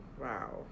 Wow